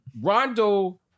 Rondo